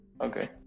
okay